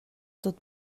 tot